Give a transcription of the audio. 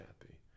happy